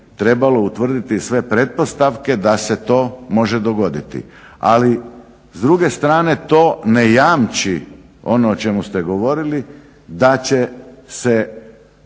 trebalo utvrditi sve pretpostavke da se to može dogoditi. Ali s druge strane to ne jamči ono o čemu ste govorili da će se